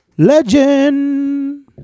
Legend